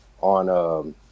on